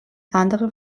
andere